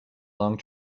long